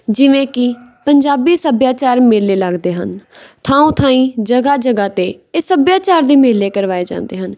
ਜਿਵੇਂ ਕਿ ਪੰਜਾਬੀ ਸੱਭਿਆਚਾਰ ਮੇਲੇ ਲੱਗਦੇ ਹਨ ਥਾਉਂ ਥਾਈ ਜਗ੍ਹਾ ਜਗ੍ਹਾ 'ਤੇ ਇਸ ਸੱਭਿਆਚਾਰ ਦੇ ਮੇਲੇ ਕਰਵਾਏ ਜਾਂਦੇ ਹਨ